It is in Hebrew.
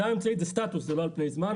זה סטטוס, זה לא על פני זמן.